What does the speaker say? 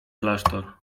klasztor